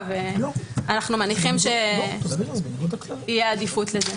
ולכן אנחנו מניחים שתהיה לזה עדיפות.